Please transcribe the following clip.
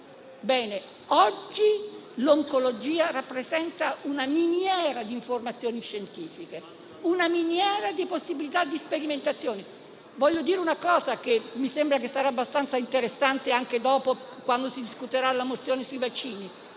secolo. Oggi l'oncologia rappresenta una miniera d'informazioni scientifiche, di possibilità di sperimentazione. Vorrei dire una cosa che ritengo sarà abbastanza interessante anche dopo, quando si discuterà la mozione sui vaccini.